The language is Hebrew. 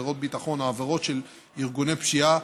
עבירות ביטחון או עבירות של ארגוני פשיעה,